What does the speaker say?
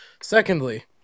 secondly